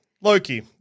Loki